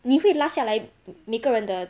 你会拉下来每个人的